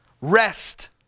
rest